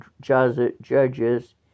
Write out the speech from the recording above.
judges